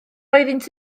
oeddynt